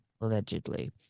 allegedly